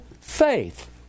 faith